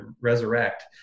resurrect